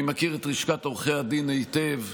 אני מכיר את לשכת עורכי הדין היטב,